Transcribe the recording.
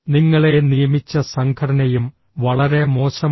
നിങ്ങളെ നിയമിച്ച സംഘടനയും വളരെ മോശമാണ്